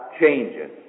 changes